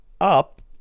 up